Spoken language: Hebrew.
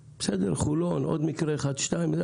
בסדר, חולון, עוד מקרה אחד או שניים.